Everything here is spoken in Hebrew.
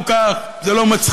כך או כך, זה לא מצחיק.